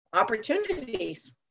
opportunities